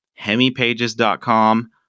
hemipages.com